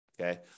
okay